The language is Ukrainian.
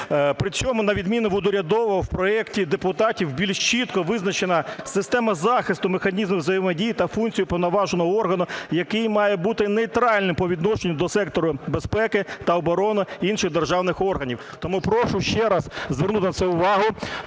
Причому, на відміну від урядового в проекті депутатів більш чітко визначена система захисту механізму взаємодії та функції уповноваженого органу, який має бути нейтральним по відношенню до сектору безпеки та оборони інших державних органів. Тому прошу ще раз звернути на це увагу